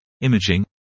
imaging